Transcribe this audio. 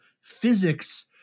physics